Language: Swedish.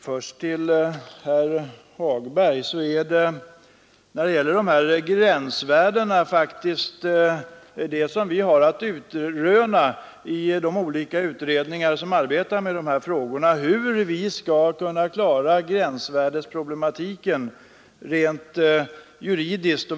Herr talman! Först vill jag säga till herr Hagberg i Borlänge att vad de olika utredningar som arbetar med dessa frågor har att utröna är faktiskt hur vi skall klara gränsvärdesproblematiken rent juridiskt.